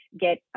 Get